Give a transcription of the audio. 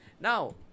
Now